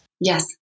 Yes